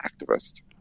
activist